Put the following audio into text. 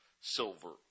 silver